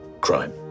crime